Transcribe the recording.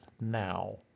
now